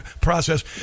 process